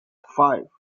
five